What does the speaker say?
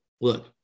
look